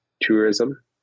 tourism